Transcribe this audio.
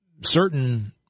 certain